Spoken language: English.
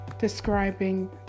describing